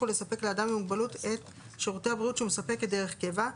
ולספק לאדם עם מוגבלות את שירותי הבריאות שהוא מספק כדרך קבע,